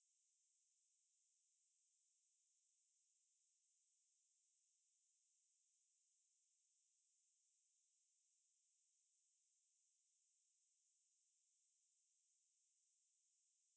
planning committee right so we assume that these facilitators are are already there yeah exactly so when we we suddenly got a lot of call saying that oh we don't know where is our facilitator this and that then